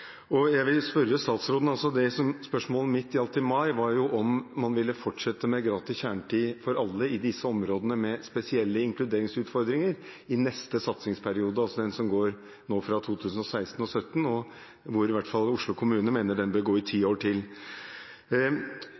og 2017, at man regner det som bare et halvt år. Så den meddelelsen som ble gitt bydelene i et møte i midten av oktober, kom som en stor overraskelse. Det spørsmålet mitt i mai gjaldt, var om man ville fortsette ordningen med gratis kjernetid for alle i disse områdene med spesielle inkluderingsutfordringer i neste satsingsperiode, altså den som går fra 2016 og 2017, og hvor i